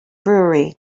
brewery